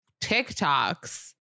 tiktoks